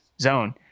Zone